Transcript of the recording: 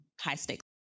high-stakes